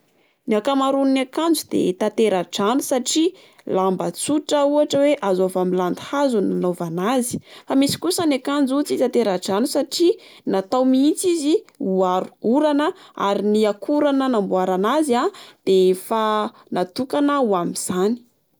Ny akamaroan'ny akanjo de tatera-drano satria lamba tsotra ohatra oe azo avy amin'ny landy hazo no nanaovana azy. Fa misy kosa ny akanjo tsy tatera-drano satria natao mihitsy izy ho aro orana ary ny akora nanamboarana azy a de efa natokana ho amin'izany.